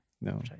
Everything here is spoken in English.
No